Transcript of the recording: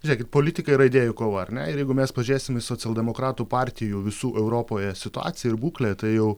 žiūrėkit politika yra idėjų kova ar ne ir jeigu mes pažiūrėsim į socialdemokratų partijų visų europoje situaciją ir būklę tai jau